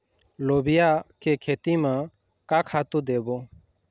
लोबिया के खेती म का खातू देबो?